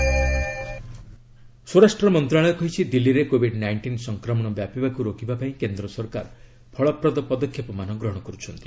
MHA କୋବିଡ୍ nineteen ସ୍ୱରାଷ୍ଟ୍ର ମନ୍ତ୍ରଣାଳୟ କହିଛି ଦିଲ୍ଲୀରେ କୋବିଡ୍ ନାଇଷ୍ଟିନ୍ ସଂକ୍ରମଣ ବ୍ୟାପିବାକୁ ରୋକିବା ପାଇଁ କେନ୍ଦ୍ର ସରକାର ଫଳପ୍ରଦ ପଦକ୍ଷେପମାନ ଗ୍ରହଣ କରୁଛନ୍ତି